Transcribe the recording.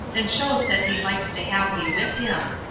and shows that he likes to have me with him.